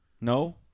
No